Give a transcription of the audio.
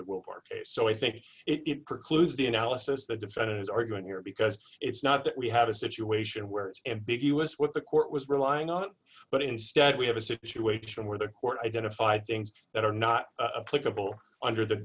case so i think it precludes the analysis the defendant is arguing here because it's not that we have a situation where it's ambiguous what the court was relying on but instead we have a situation where the court identified things that are not a political under the